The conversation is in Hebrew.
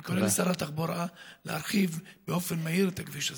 אני קורא לשר התחבורה להרחיב במהירות את הכביש הזה.